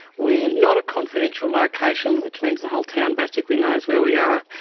we're not a confidential location, which means the whole town basically knows where we are.